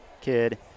kid